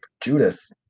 Judas